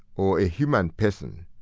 or a human person,